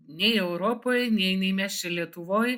nei europoj nei nei mes čia lietuvoj